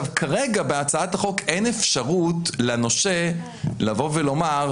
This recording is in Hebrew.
כרגע בהצעת החוק אין אפשרות לנושה לומר,